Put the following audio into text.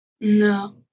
No